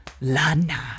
Lana